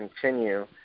continue